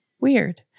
weird